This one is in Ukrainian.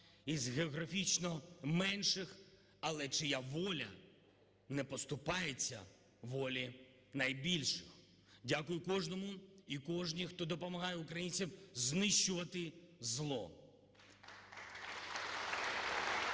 з географічно менших, але чия воля не поступається волі найбільших. Дякую кожному і кожній, хто допомагає українцям знищувати зло.